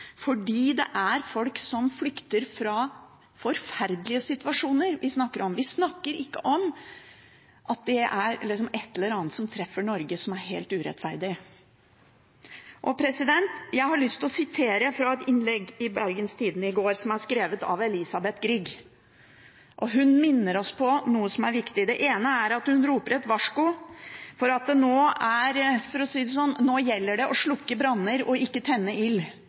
det er folk som flykter fra forferdelige situasjoner, vi snakker om. Vi snakker ikke om at det er ett eller annet som treffer Norge og som er helt urettferdig. Jeg har lyst til å sitere fra et innlegg i Bergens Tidende i går, skrevet av Elisabeth Grieg. Hun minner oss på noe som er viktig. Det ene er at hun roper et varsko, for nå gjelder det å slukke branner, ikke tenne ild. Jeg savner, som henne, sentrale politikere fra Høyre og Fremskrittspartiet som tar ordet nå når det